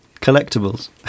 Collectibles